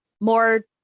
more